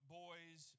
boys